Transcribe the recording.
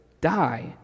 die